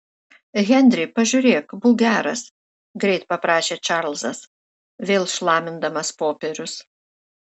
henri pažiūrėk būk geras greit paprašė čarlzas vėl šlamindamas popierius